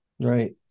Right